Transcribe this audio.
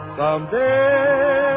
someday